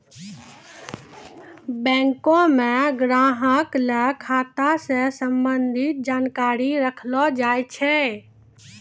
बैंको म ग्राहक ल खाता स संबंधित जानकारी रखलो जाय छै